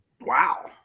Wow